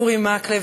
אורי מקלב,